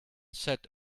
set